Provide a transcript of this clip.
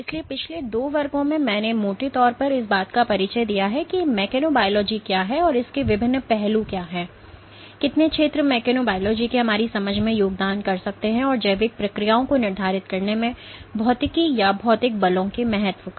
इसलिए पिछले दो वर्गों में मैंने मोटे तौर पर इस बात का परिचय दिया है कि मेकेनोबायोलॉजी क्या है और इसके विभिन्न पहलू क्या हैं कितने क्षेत्र मेकेनोबायोलॉजी की हमारी समझ में योगदान कर सकते हैं और जैविक प्रक्रियाओं को निर्धारित करने में भौतिकी या भौतिक बलों के महत्व का